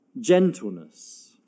gentleness